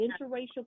interracial